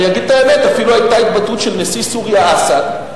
אני אגיד את האמת: אפילו היתה התבטאות של נשיא סוריה אסד,